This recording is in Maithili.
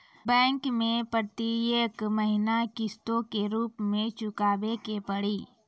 बैंक मैं प्रेतियेक महीना किस्तो के रूप मे चुकाबै के पड़ी?